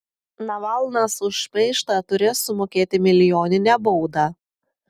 navalnas už šmeižtą turės sumokėti milijoninę baudą